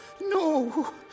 No